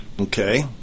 Okay